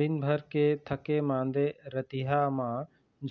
दिनभर के थके मांदे रतिहा मा